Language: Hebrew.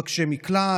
מדובר במבקשי מקלט,